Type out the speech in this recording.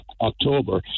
October